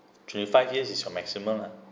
twenty five years is your maximum lah